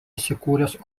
įsikūręs